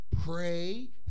Pray